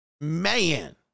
Man